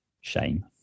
Shame